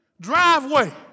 driveway